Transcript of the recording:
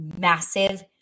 massive